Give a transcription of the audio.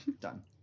Done